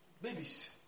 Babies